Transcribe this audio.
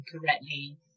correctly